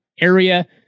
area